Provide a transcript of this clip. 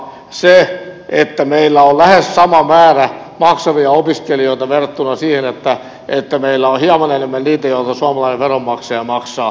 se että meillä on lähes sama määrä maksavia opiskelijoita verrattuna siihen että meillä on hieman enemmän niitä jotka suomalainen veronmaksaja maksaa